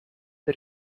per